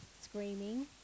screaming